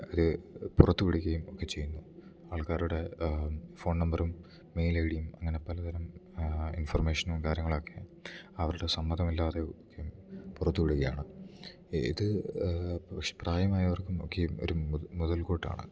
അത് പുറത്ത് വിടുകയും ഒക്കെ ചെയ്യുന്നു ആൾക്കാരുടെ ഫോൺ നമ്പറും മെയിൽ ഐ ഡിയും അങ്ങന പലതരം ഇൻഫൊർമേഷനും കാര്യങ്ങളൊക്കെ അവരുടെ സമ്മതം ഇല്ലാതെ പുറത്തു വിടുകയാണ് ഇത് പ്രായമായവർക്കും ഒക്കെയും ഒരു മുതൽ മുതൽക്കൂട്ടാണ്